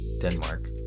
Denmark